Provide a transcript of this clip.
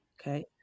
Okay